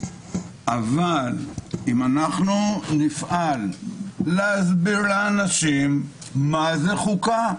אבל אם אנחנו נפעל להסביר לאנשים מה זה חוקה,